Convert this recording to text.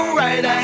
right